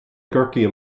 gcorcaigh